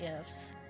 ifs